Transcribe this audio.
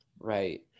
Right